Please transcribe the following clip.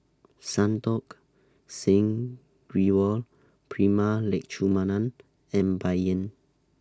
Santokh Singh Grewal Prema Letchumanan and Bai Yan